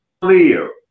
clear